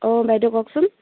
অঁ বাইদেউ কওকচোন